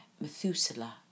Methuselah